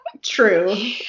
True